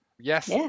yes